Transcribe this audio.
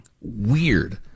weird